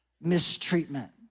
mistreatment